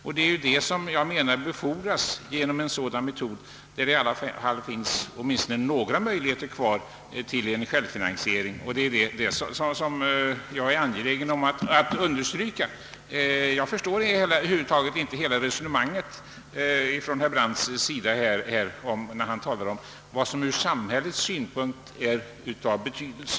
Jag menar att dessa företags verksamhet befordras genom en metod som åtminstone bibehåller några möjligheter till en självfinansiering. Det är detta som jag är angelägen om att understryka. Jag förstår över huvud taget inte herr Brandts resonemang när det gäller vad som ur samhällets synpunkt är av betydelse.